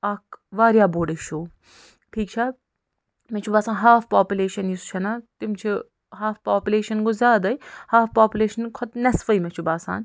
اَکھ واریاہ بوٚڑ اِشوٗ ٹھیٖک چھا مےٚ چھُ باسان ہاف پاپولیشَن یۄس چھِ نا تِم چھِ ہاف پاپولیشَن گوٚو زیادٔے ہَاف پاپولیشَن کھۄتہٕ نیٚصفٕے مےٚ چھُ باسان